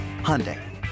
Hyundai